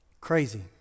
Crazy